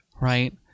right